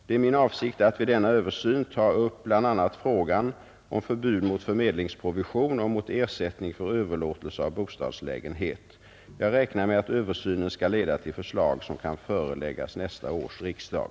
Det är min avsikt att vid denna översyn ta upp bl.a. frågan om förbud mot förmedlingsprovision och mot ersättning för överlåtelse av bostadslägenhet. Jag räknar med att översynen skall leda till förslag som kan föreläggas nästa års riksdag.